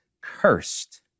cursed